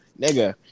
nigga